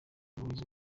louise